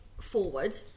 forward